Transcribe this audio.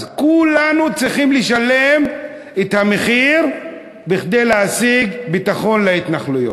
אז כולנו צריכים לשלם את המחיר כדי להשיג ביטחון להתנחלויות.